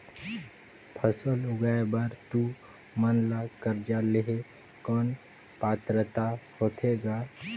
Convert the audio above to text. फसल उगाय बर तू मन ला कर्जा लेहे कौन पात्रता होथे ग?